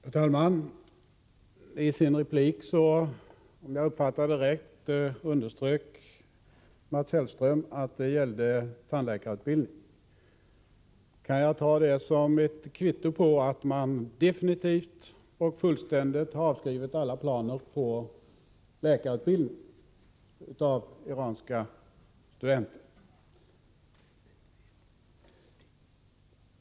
Herr talman! I sin replik underströk Mats Hellström, om jag fattade det rätt, att det gäller tandläkarutbildning. Kan jag ta det som ett kvitto på att man definitivt och fullständigt har avskrivit alla planer på läkarutbildning av iranska studenter?